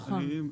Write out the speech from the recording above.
נכון.